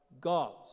God's